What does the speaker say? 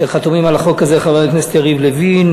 שחתומים עליה חברי הכנסת יריב לוין,